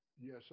Yes